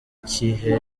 igihe